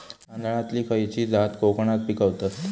तांदलतली खयची जात कोकणात पिकवतत?